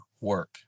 work